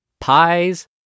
pies